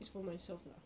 is for myself lah